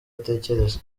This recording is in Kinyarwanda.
atekereza